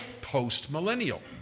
post-millennial